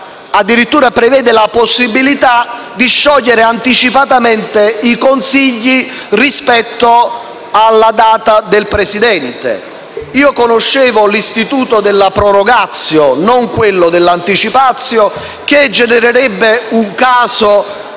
addirittura prevede la possibilità di sciogliere anticipatamente i Consigli rispetto alla data del presidente. Io conoscevo l'istituto della *prorogatio*, non quello della "*anticipatio*", che genererebbe certamente